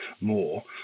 more